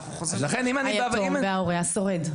היתום וההורה השורד.